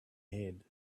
head